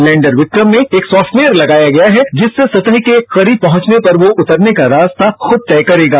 lander Vikram में एक software लगाया गया है जिससे सतह के करीब पहुंचने पर वह उतरने का रास्ता खुद तय करेगा